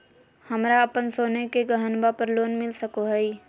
हमरा अप्पन सोने के गहनबा पर लोन मिल सको हइ?